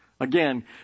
again